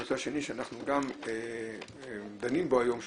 הנושא השני שאנחנו דנים בו היום,